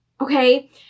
Okay